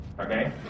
Okay